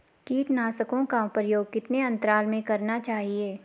कीटनाशकों का प्रयोग कितने अंतराल में करना चाहिए?